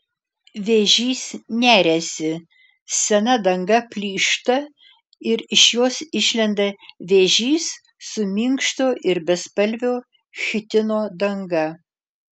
vėžys neriasi sena danga plyšta ir iš jos išlenda vėžys su minkšto ir bespalvio chitino danga